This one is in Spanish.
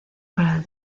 para